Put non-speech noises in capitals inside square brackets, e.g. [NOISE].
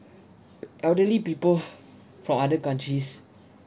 uh elderly people [BREATH] from other countries